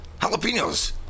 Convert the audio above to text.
jalapenos